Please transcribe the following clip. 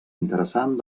interessant